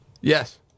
Yes